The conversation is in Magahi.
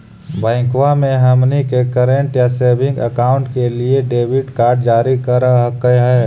बैंकवा मे हमनी के करेंट या सेविंग अकाउंट के लिए डेबिट कार्ड जारी कर हकै है?